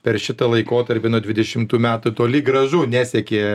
per šitą laikotarpį nuo dvidešimtų metų toli gražu nesiekė